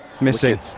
Missing